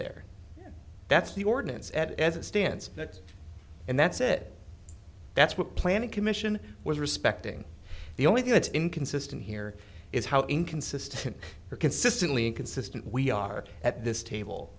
there that's the ordinance at as it stands that and that's it that's what planning commission was respecting the only thing that's inconsistent here is how inconsistent or consistently inconsistent we are at this table